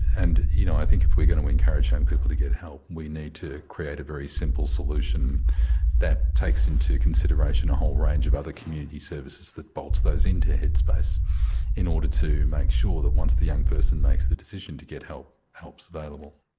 and you know i think if we're going to encourage young and people to get help we need to create a very simple solution that takes into consideration the whole range of other community services that bolts those into headspace in order to make sure that once the young person makes the decision to get help help's available.